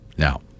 Now